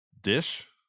dish